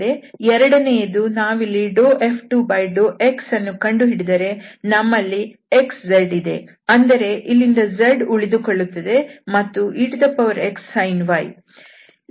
ಎರಡನೆಯದು ನಾವಿಲ್ಲಿ F2∂x ಅನ್ನು ಕಂಡುಹಿಡಿದರೆ ನಮ್ಮಲ್ಲಿ xz ಇದೆ ಅಂದರೆ ಇಲ್ಲಿಂದ z ಉಳಿದುಕೊಳ್ಳುತ್ತದೆ ಮತ್ತು exsin y